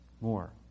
more